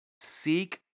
seek